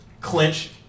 clinch